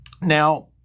Now